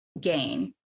gain